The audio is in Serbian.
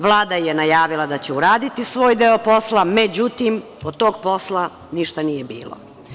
Vlada je najavila da će uraditi svoj deo posla, međutim, od toga posla ništa nije bilo.